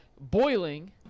boiling